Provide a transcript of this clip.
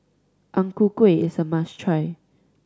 Ang Ku Kueh is a must try